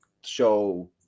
show